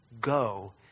go